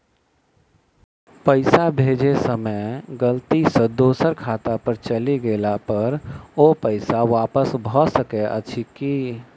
पैसा भेजय समय गलती सँ दोसर खाता पर चलि गेला पर ओ पैसा वापस भऽ सकैत अछि की?